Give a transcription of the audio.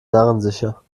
narrensicher